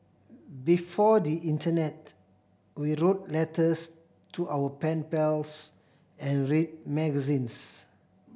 before the internet we wrote letters to our pen pals and read magazines